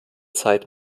zeit